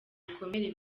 ibikomere